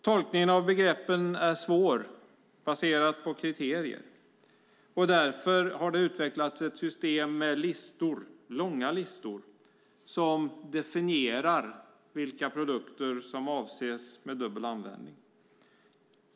Tolkningen av begreppet är svår att göra baserat på kriterier, och därför har det utvecklats ett system med långa listor som definierar vilka produkter som anses vara varor för dubbel användning.